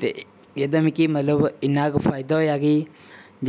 ते एह्दा मिकी मतलब इन्ना क फायदा होएया कि